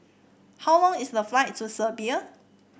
how long is the flight to Serbia